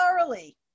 thoroughly